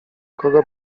kogo